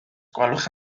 gwelwch